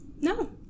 No